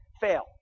fail